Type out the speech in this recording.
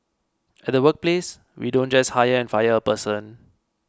at the workplace we don't just hire and fire a person